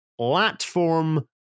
platform